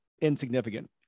insignificant